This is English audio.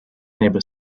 neighbor